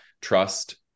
trust